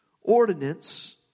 Ordinance